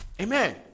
Amen